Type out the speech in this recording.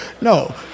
No